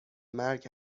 مرگ